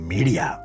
Media